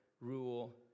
rule